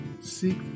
seek